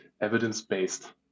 evidence-based